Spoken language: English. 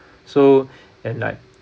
so and like